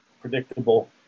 predictable